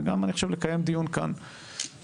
וגם לקיים דיון כאן בכנסת.